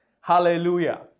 Hallelujah